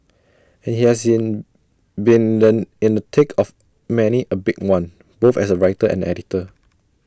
and he has been the in the thick of many A big one both as writer and editor